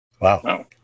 Wow